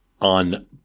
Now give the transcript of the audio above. on